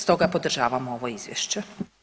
Stoga podržavamo ovo Izvješće.